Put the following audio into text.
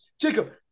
Jacob